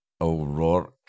O'Rourke